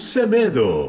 Semedo